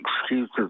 excuses